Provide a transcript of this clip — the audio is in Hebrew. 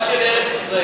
רק של ארץ-ישראל.